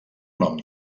nom